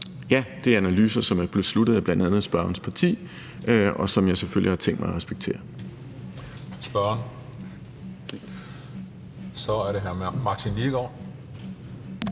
Ja, det er analyser, som er besluttet af bl.a. spørgerens parti, og som jeg selvfølgelig har tænkt mig at respektere. Kl. 12:49 Den fg. formand